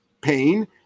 pain